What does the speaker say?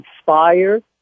inspire